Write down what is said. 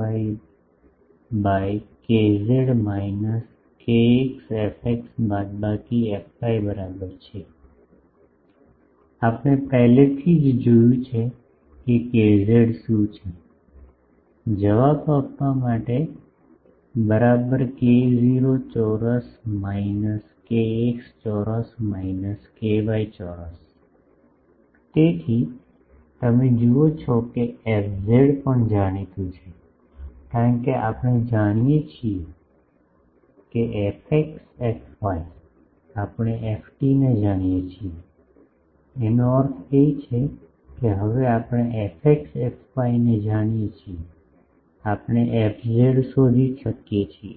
fy by kz minus kx fx બાદબાકી fy બરાબર છે આપણે પહેલેથી જ જોયું છે કે kz શું છે જવાબ આપવા માટે બરાબર k0 ચોરસ માઇનસ kx ચોરસ માઇનસ ky ચોરસ તેથી તમે જુઓ છો કે એફઝેડ પણ જાણીતું છે કારણ કે આપણે જાણીએ છીએ fx fy આપણે ft ને જાણીએ છીએ એનો અર્થ એ કે હવે આપણે fx fy ને જાણીએ છીએ આપણે fz શોધી શકીએ છીએ